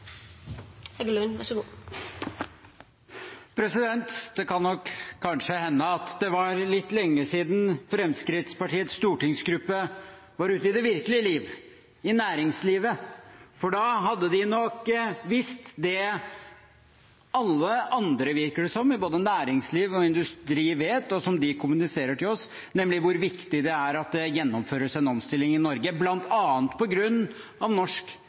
litt lenge siden Fremskrittspartiets stortingsgruppe har vært ute i det virkelige liv, i næringslivet. Ellers hadde de nok visst det alle andre vet, virker det som, i både næringsliv og industri, og som de kommuniserer til oss, nemlig hvor viktig det er at det gjennomføres en omstilling i Norge bl.a. på grunn av norsk